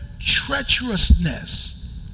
treacherousness